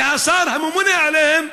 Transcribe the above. והשר הממונה עליהם,